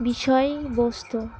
বিষয়বস্তু